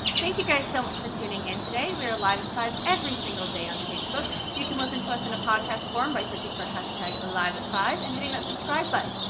thank you guys so much for tuning in today. we are live at five every single day on facebook. you can listen to us in a podcast form by searching for hashtag live at five and hitting that subscribe button.